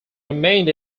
remained